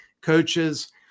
coaches